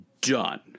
done